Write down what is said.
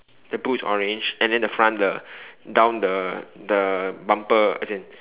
the boot is orange and then the front the down the the bumper as in